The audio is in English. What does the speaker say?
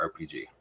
RPG